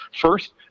First